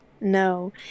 no